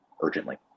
urgently